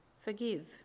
forgive